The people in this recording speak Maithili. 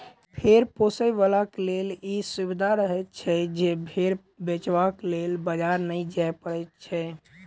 भेंड़ पोसयबलाक लेल ई सुविधा रहैत छै जे भेंड़ बेचबाक लेल बाजार नै जाय पड़ैत छै